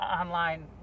Online